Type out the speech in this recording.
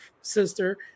sister